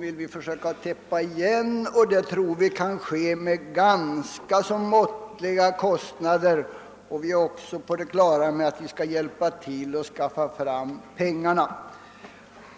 vill vi försöka täppa igen. Och det tror vi kan ske till ganska måttliga kostnader. Vi är också på det klara med att vi måste hjälpa till att skaffa fram pengarna.